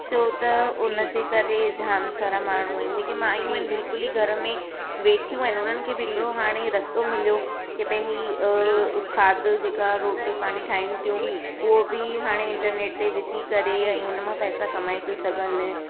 छो त उनजे करे जाम सारा माण्हू आहिनि जेके माइयूं आइनि बिल्कुलु घर में वेठियूं आहिनि उन्हनि खे बि हिकिड़ो हाणे मिलियो की पंहिंजी खाधो जेका रोटी पाणी ठाहिनि थियूं उओ बि हाणे इंटरनेट ते विझी करे ऐं हुन मां पैसा कमाए थियूं सघनि